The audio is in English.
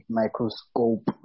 microscope